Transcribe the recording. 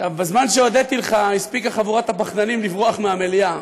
בזמן שהודיתי לך הספיקה חבורת הפחדנים לברוח מהמליאה.